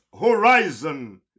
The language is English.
Horizon